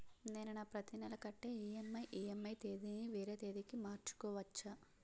నేను నా ప్రతి నెల కట్టే ఈ.ఎం.ఐ ఈ.ఎం.ఐ తేదీ ని వేరే తేదీ కి మార్చుకోవచ్చా?